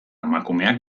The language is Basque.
emakumeak